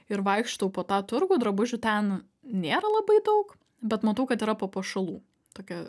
ir vaikštau po tą turgų drabužių ten nėra labai daug bet matau kad yra papuošalų tokia